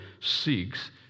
seeks